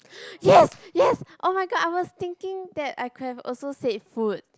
yes yes oh-my-god I was thinking that I could have also said food